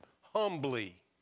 humbly